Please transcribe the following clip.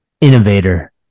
innovator